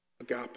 agape